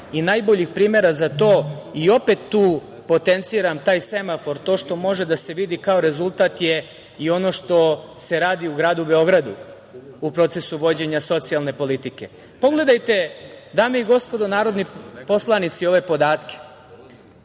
i najboljih primera za to i opet tu potenciram taj semafor, to što može da se vidi kao rezultat je i ono što se radi u gradu Beogradu, a u procesu vođenja socijalne politike. Pogledajte, dame i gospodo narodni poslanici, ove podatke: